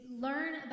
learn